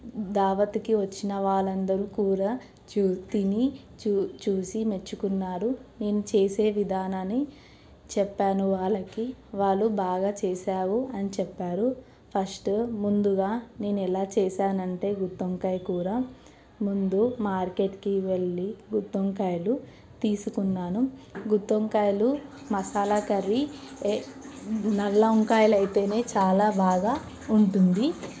దావత్కి వచ్చిన వాళ్ళందరూ కూర చూ తిని చూ చూసి మెచ్చుకున్నారు నేను చేసే విధానాన్ని చెప్పాను వాళ్ళకి వాళ్ళు బాగా చేసావు అని చెప్పారు ఫస్ట్ ముందుగా నేను ఎలా చేసానంటే గుత్తి వంకాయ కూర ముందు మార్కెట్కి వెళ్ళి గుత్తి వంకాయలు తీసుకున్నాను గుత్తి వంకాయలు మసాలా కర్రీ నల్ల వంకాయలైతే చాలా బాగా ఉంటుంది